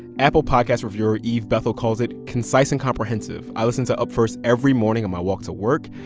apple podcasts reviewer eve bethel calls it concise and comprehensive. i listen to up first every morning on my walk to work.